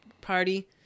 party